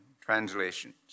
translations